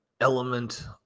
element